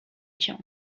cię